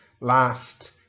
last